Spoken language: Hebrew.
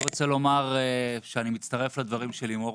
אני רוצה לומר שאני מצטרף לדברים של לימור.